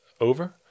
over